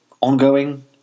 ongoing